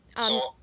ah